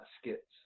skits